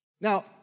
Now